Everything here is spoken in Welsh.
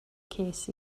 ces